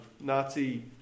Nazi